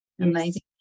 Amazing